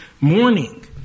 morning